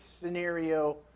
scenario